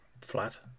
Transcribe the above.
flat